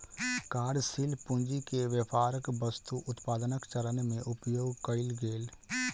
कार्यशील पूंजी के व्यापारक वस्तु उत्पादनक चरण में उपयोग कएल गेल